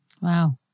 Wow